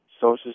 social